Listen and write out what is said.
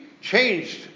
changed